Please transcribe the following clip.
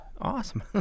awesome